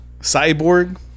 cyborg